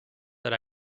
that